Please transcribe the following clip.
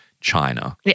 China